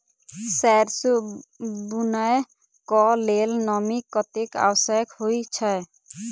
सैरसो बुनय कऽ लेल नमी कतेक आवश्यक होइ छै?